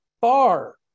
far